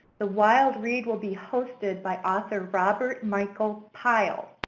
the wild read will be hosted by author robert michael pyle,